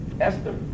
Esther